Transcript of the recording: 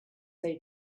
they